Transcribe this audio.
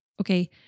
Okay